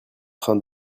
train